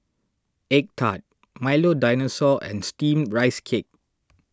Egg Tart Milo Dinosaur and Steamed Rice Cake